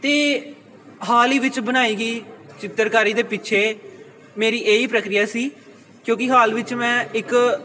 ਅਤੇ ਹਾਲ ਹੀ ਵਿੱਚ ਬਣਾਈ ਗਈ ਚਿੱਤਰਕਾਰੀ ਦੇ ਪਿੱਛੇ ਮੇਰੀ ਇਹੀ ਪ੍ਰਕਿਰਿਆ ਸੀ ਕਿਉਂਕਿ ਹਾਲ ਵਿੱਚ ਮੈਂ ਇੱਕ